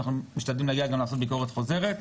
אנחנו משתדלים להגיע גם לעשות ביקורת חוזרת.